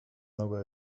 noga